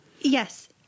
Yes